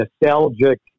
nostalgic